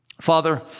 Father